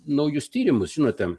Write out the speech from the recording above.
naujus tyrimus žinote